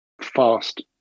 fast